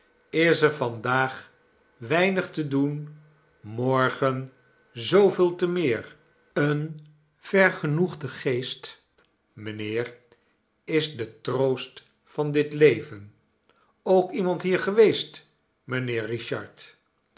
is er vandaag weinig te doen morgen zooveel te meer een vergenoegde geest mijnheer is de troost van dit leven ook iemand hier geweest mijnheer richard